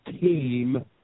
team